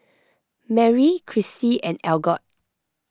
Merrie Cristy and Algot